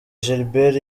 gilbert